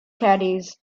caddies